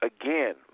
again